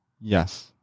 Yes